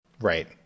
Right